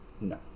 No